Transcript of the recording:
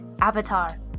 avatar